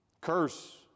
curse